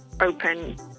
open